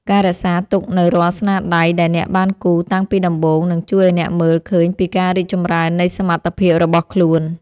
ការរក្សាទុកនូវរាល់ស្នាដៃដែលអ្នកបានគូរតាំងពីដំបូងនឹងជួយឱ្យអ្នកមើលឃើញពីការរីកចម្រើននៃសមត្ថភាពរបស់ខ្លួន។